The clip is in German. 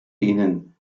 ihnen